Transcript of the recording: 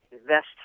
Invest